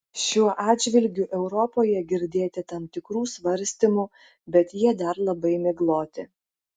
šiuo atžvilgiu europoje girdėti tam tikrų svarstymų bet jie dar labai migloti